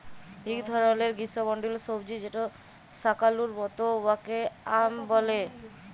ইক ধরলের গিস্যমল্ডলীয় সবজি যেট শাকালুর মত উয়াকে য়াম ব্যলে